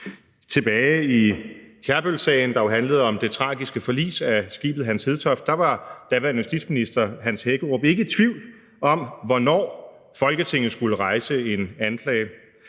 Tilbage i Kærbølsagen, der jo handlede om det tragiske forlis af skibet »Hans Hedtoft«, var daværende justitsminister Hans Hækkerup ikke i tvivl om, hvornår Folketinget skulle rejse en anklage.